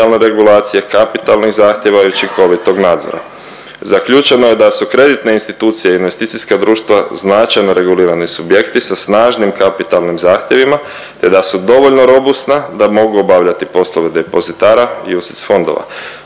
prodencijalne regulacije, kapitalnih zahtjeva i učinkovitog nadzora. Zaključeno je da su kreditne institucije i investicijska društva značajno regulirani subjekti sa snažnim kapitalnim zahtjevima, te da su dovoljno robusna da mogu obavljati poslove depozitara UCITS fondova.